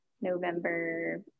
november